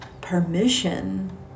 permission